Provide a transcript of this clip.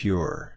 Pure